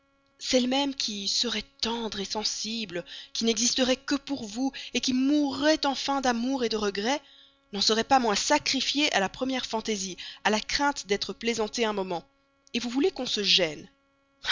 même qui serait tendre sensible qui n'existerait que pour vous qui mourrait enfin d'amour de regret n'en serait pas moins sacrifiée à la première fantaisie à la crainte d'être plaisantée un moment vous voulez qu'on se gêne